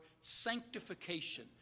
sanctification